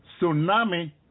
tsunami